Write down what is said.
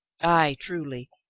ay, truly,